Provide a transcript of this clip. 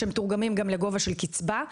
שמתורגמים לגובה של קצבה,